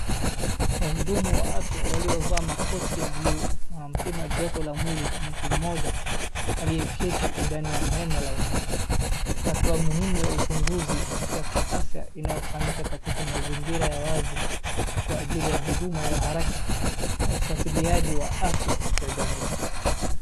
Wahudumu wa afya waliovaa makoti ya bluu wanampima joto la mwili mtu mmoja aliyeketi ndani ya hema la nje. Hatua muhimu ya uchunguzi wa kiafya inaofanyika katika mazingira ya wazi kwa ajili ya huduma ya haraka na ufuatiliaji wa afya ya jamii.